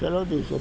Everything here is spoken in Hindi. चलो सो सौ